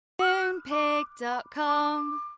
Moonpig.com